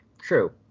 True